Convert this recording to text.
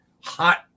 hot